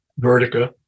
Vertica